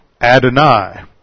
Adonai